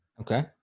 Okay